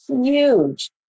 Huge